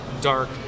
dark